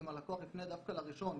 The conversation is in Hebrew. אם הלקוח יפנה דווקא לראשון,